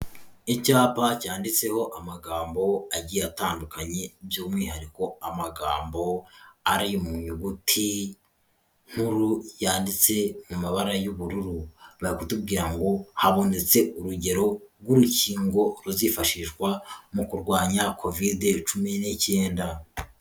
Icyapa cyanditseho amagambo agiye atandukanye by'umwihariko amagambo ari mu nyuguti nkuru yanditse mu mabara y'ubururu, bari kutubwira ngo haboneke urugero rw'urukingo ruzifashishwa mu kurwanya kovide cumi n'icyenda.